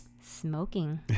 smoking